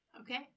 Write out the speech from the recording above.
Okay